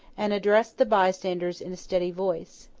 and addressed the bystanders in a steady voice.